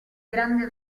grande